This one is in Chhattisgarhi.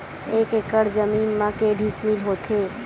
एक एकड़ जमीन मा के डिसमिल होथे?